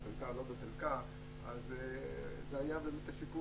בחלקה או לא בחלקה זה היה השיקול.